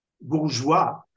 bourgeois